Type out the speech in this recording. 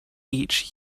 each